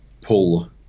pull